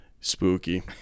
spooky